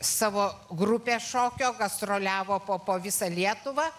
savo grupė šokio gastroliavo po po visą lietuvą